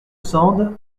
sand